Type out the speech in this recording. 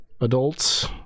adults